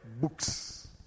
books